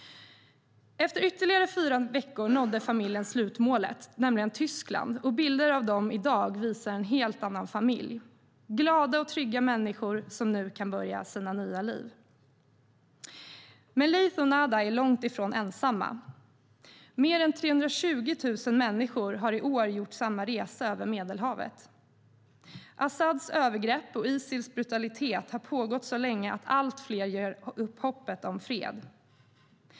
Efter ytterligare fyra veckor nådde familjen slutmålet, nämligen Tyskland. Nya bilder av dem visar en helt annan familj. Det är glada och trygga människor som nu kan börja sitt nya liv. Men Laith och Nada är långt ifrån ensamma. Mer än 320 000 människor har i år gjort samma resa över Medelhavet. Asads övergrepp och Isils brutalitet har pågått så länge att allt fler ger upp hoppet om fred.